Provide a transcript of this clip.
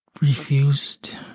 refused